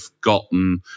gotten